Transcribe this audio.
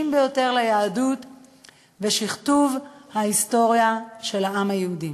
ביותר ליהדות ושכתוב ההיסטוריה של העם היהודי.